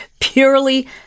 purely